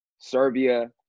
Serbia